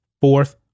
fourth